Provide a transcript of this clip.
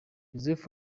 joseph